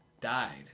died